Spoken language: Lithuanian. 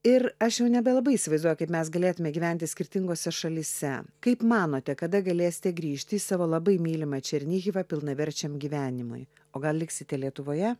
ir aš jau nebelabai įsivaizduoju kaip mes galėtume gyventi skirtingose šalyse kaip manote kada galėsite grįžti į savo labai mylimą černihivą pilnaverčiam gyvenimui o gal liksite lietuvoje